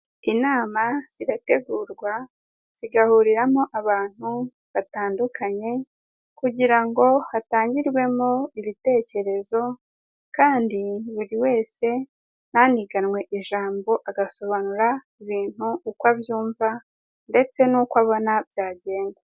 Inama zirategurwa zigahuriramo abantu batandukanye, kugira ngo hatangirwemo ibitekerezo kandi buri wese ntaniganwe ijambo, agasobanura ibintu uko abyumva ndetse nuko abona byagenda.